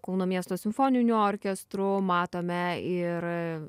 kauno miesto simfoniniu orkestru matome ir